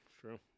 True